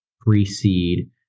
pre-seed